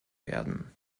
werden